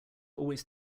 always